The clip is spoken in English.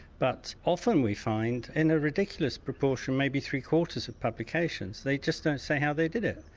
but often we find in a ridiculous proportion, maybe three quarters of publications they just don't say how they did it.